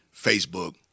Facebook